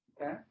Okay